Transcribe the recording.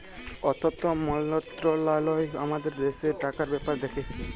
অথ্থ মলত্রলালয় আমাদের দ্যাশের টাকার ব্যাপার দ্যাখে